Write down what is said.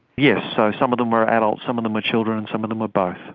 yes, so some of them were adults, some of them were children and some of them were both.